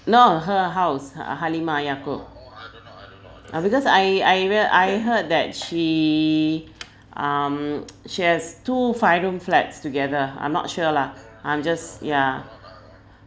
no her house her halimah yacob ah because I I rea~ I heard that she um she has two five room flats together I'm not sure lah I'm just yeah